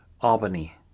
Albany